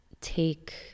take